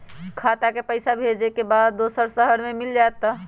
खाता के पईसा भेजेए के बा दुसर शहर में मिल जाए त?